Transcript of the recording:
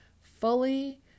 fully